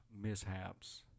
mishaps